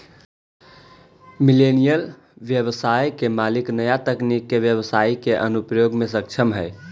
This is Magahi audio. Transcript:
मिलेनियल व्यवसाय के मालिक नया तकनीका के व्यवसाई के अनुप्रयोग में सक्षम हई